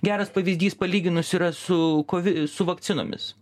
geras pavyzdys palyginus yra su kovi su vakcinomis